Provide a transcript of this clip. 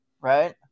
Right